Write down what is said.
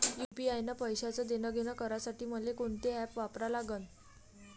UPI न पैशाचं देणंघेणं करासाठी मले कोनते ॲप वापरा लागन?